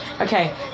okay